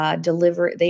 deliver